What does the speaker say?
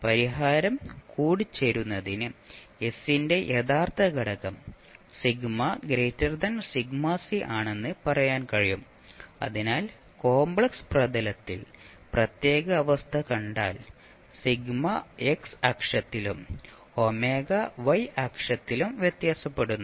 പരിഹാരം കൂടിച്ചേരുന്നതിന് S ന്റെ യഥാർത്ഥ ഘടകം ആണെന്ന് പറയാൻ കഴിയും അതിനാൽ കോമ്പ്ലെക്സ് പ്രതലത്തിൽ പ്രത്യേക അവസ്ഥ കണ്ടാൽ x അക്ഷത്തിലും ω y അക്ഷത്തിലും വ്യത്യാസപ്പെടുന്നു